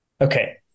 okay